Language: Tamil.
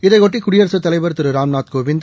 இதையொட்டி குடியரகத் தலைவர் திரு ராம்நாத் கோவிந்த்